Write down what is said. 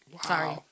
Sorry